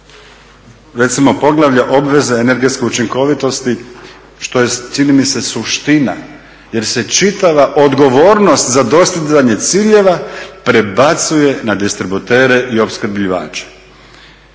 recimo Poglavlja obvezne energetske učinkovitosti što je čini mi se suština, jer se čitava odgovornost za dostizanje ciljeva prebacuje na distributere i opskrbljivače.